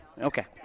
okay